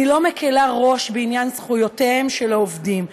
אני לא מקילה ראש בעניין זכויותיהם של העובדים.